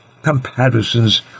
comparisons